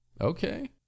okay